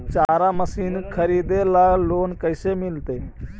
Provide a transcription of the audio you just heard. चारा मशिन खरीदे ल लोन कैसे मिलतै?